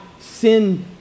sin